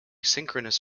synchronous